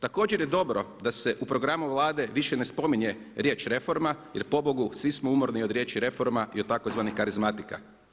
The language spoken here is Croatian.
Također je dobro da se u programu Vlade više ne spominje riječ reforma jer pobogu svi smo umorni od riječi reforma i od tzv. karizmatika.